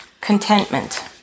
Contentment